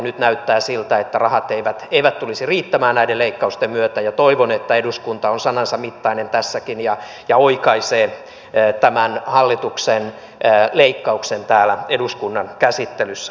nyt näyttää siltä että rahat eivät tulisi riittämään näiden leikkausten myötä ja toivon että eduskunta on sanansa mittainen tässäkin ja oikaisee tämän hallituksen leikkauksen täällä eduskunnan käsittelyssä